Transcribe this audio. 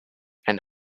and